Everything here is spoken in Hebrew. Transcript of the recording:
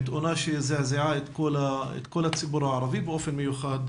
תאונה שזעזעה את כל הציבור הערבי באופן מיוחד,